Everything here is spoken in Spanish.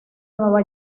nueva